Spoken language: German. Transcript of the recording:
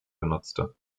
benutzte